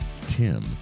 Tim